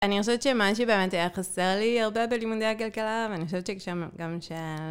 אני חושבת שמשהו באמת היה חסר לי הרבה בלימודי הכלכלה, ואני חושבת שגם שהמשהו הזה קשור אליי פנימית